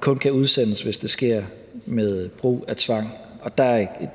kun kan udsendes, hvis det sker med brug af tvang.